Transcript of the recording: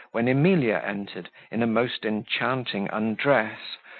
when emilia entered in a most enchanting undress,